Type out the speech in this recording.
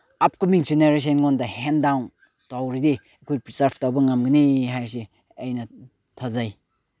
upcoming ꯖꯦꯅꯔꯦꯁꯟꯉꯣꯟꯗ ꯍꯦꯟꯗꯥꯎꯟ ꯇꯧꯔꯗꯤ ꯑꯩꯈꯣꯏ ꯄ꯭ꯔꯤꯖꯥꯞ ꯇꯧꯕ ꯉꯝꯒꯅꯤ ꯍꯥꯏꯁꯤ ꯑꯩꯅ ꯊꯥꯖꯩ